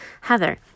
Heather